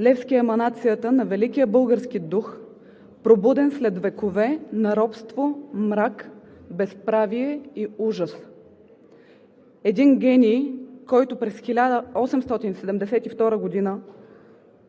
Левски е еманацията на великия български дух, пробуден след векове на робство, мрак, безправие и ужас. Един гений, който през 1872 г.